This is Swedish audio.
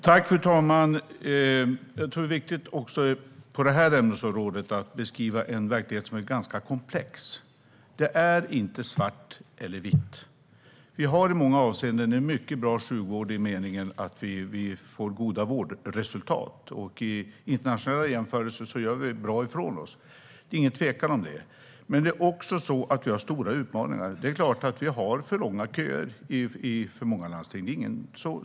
Fru talman! Jag tror att det är viktigt också på detta ämnesområde att beskriva en verklighet som är ganska komplex. Det är inte svart eller vitt. Vi har i många avseenden en mycket bra sjukvård. Vi får goda vårdresultat, och i internationella jämförelser gör vi bra ifrån oss. Det är ingen tvekan om det. Men det är också så att vi har stora utmaningar. Det är klart att vi har för långa köer i för många landsting.